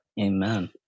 Amen